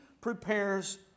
prepares